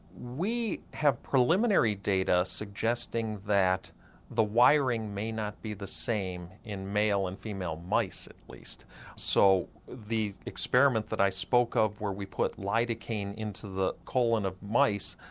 we have preliminary data suggesting that the wiring may not be the same in male and female mice at least so the experiment that i spoke of where we put lidocaine into the colon of mice,